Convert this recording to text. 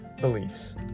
beliefs